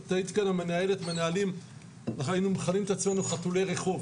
היינו מכנים את עצמנו "חתולי רחוב",